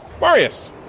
Marius